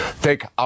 Take